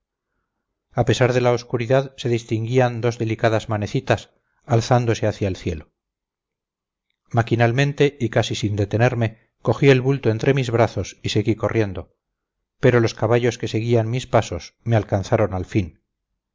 a pesar de la oscuridad se distinguían dos delicadas manecitas alzándose hacia el cielo maquinalmente y casi sin detenerme cogí el bulto entre mis brazos y seguí corriendo pero los caballos que seguían mis pasos me alcanzaron al fin